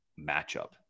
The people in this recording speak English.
matchup